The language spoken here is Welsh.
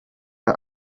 mae